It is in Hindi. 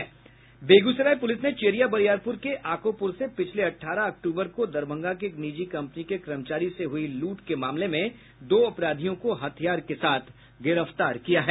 बेगूसराय पुलिस ने चेरिया बरियारपुर के आकोपुर से पिछले अठारह अक्टूबर को दरभंगा के एक निजी कंपनी के कर्मचारी से हुई लूट के मामले में दो अपराधियों को हथियार के साथ गिरफ्तार किया है